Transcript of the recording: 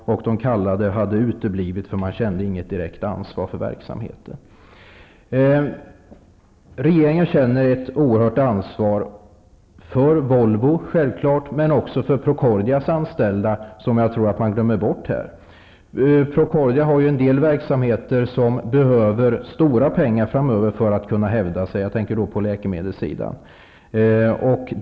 De kallade hade uteblivit, för de kände inte direkt ansvar för verksamheten. Regeringen känner självfallet ett oerhört ansvar för Volvo men också för Procordias anställda, något som jag tror man glömt bort här. Procordia har en del verksamheter som behöver stora pengar framöver för att hävda sig -- jag tänker på läkemedelssidan.